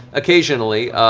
occasionally.